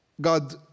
God